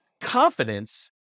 confidence